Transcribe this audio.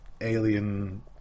alien